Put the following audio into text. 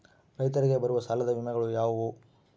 ರೈತರಿಗೆ ಬರುವ ಸಾಲದ ವಿಮೆಗಳು ಯಾವುವು?